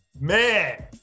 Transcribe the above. Man